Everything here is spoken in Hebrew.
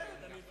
כן.